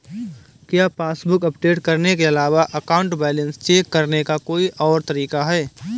क्या passbook update करने के अलावा अकाउंट बैलेंस चेक करने का कोई और तरीका है?